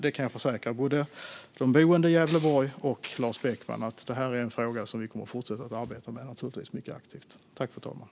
Jag kan försäkra både de boende i Gävleborg och Lars Beckman att detta är en fråga som vi naturligtvis kommer att fortsätta att arbeta mycket aktivt med.